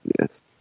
yes